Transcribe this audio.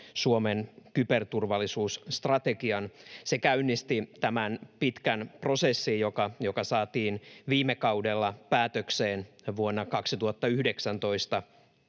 Suomen kyberturvallisuusstrategian. Se käynnisti tämän pitkän prosessin, joka saatiin viime kaudella päätökseen, vuonna 2019